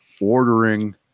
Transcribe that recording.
ordering